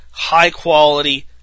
high-quality